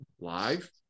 Live